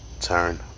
turn